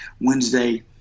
Wednesday